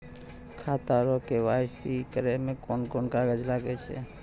खाता रो के.वाइ.सी करै मे कोन कोन कागज लागतै?